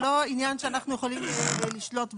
זה לא עניין שאנחנו יכולים לשלוט בו.